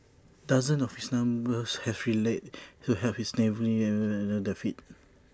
dozens of his neighbours have rallied to help his family get back on their feet